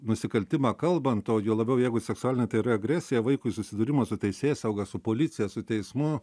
nusikaltimą kalbant o juo labiau jeigu seksualinė agresija vaikui susidūrimas su teisėsauga su policija su teismu